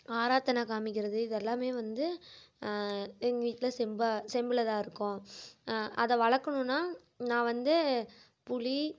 ஆராத்தனை காமிக்கிறது இது எல்லாமே வந்து எங்கள் வீட்டில் செம்பாக செம்பில் தான் இருக்கும் அதை விலக்கணுன்னா நான் வந்து புளி